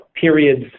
periods